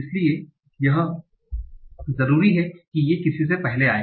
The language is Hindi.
इसलिए यह जरूरी हैं ये किसी से पहले आए